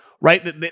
Right